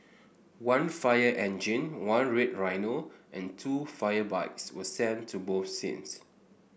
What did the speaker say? one fire engine one red rhino and two fire bikes were sent to both scenes